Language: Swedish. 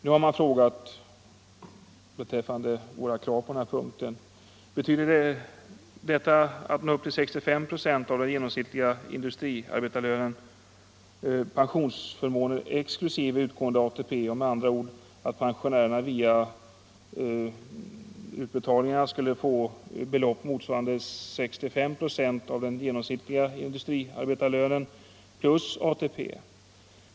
Nu har det frågats beträffande våra krav på den här punkten: Betyder detta att nå upp till 65 procent av den genomsnittliga industriarbetarlönen pensionsförmåner exklusive utgående ATP, med andra ord att pensio närerna skulle få belopp motsvarande 65 procent av den genomsnittliga — Nr 134 MORE IOCFIÖRER plus ATP?